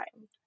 time